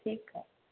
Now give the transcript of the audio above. हुँ ठीक है